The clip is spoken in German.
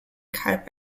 kalb